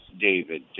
david